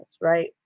right